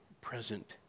present